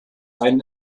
einen